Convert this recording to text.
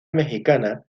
mexicana